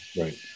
Right